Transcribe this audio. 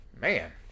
man